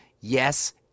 Yes